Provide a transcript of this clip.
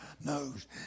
knows